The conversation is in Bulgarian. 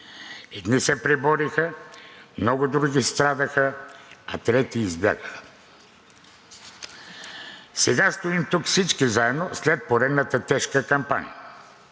Едни се пребориха, много други страдаха, а трети избягаха. Сега стоим тук всички заедно след поредната тежка кампания